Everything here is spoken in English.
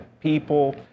people